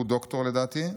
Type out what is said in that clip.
הוא דוקטור לדעתי,